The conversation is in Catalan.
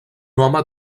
home